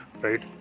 right